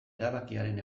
erabakiaren